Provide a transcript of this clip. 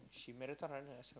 she marathon runner so